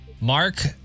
Mark